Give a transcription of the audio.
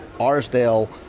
Arsdale